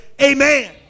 amen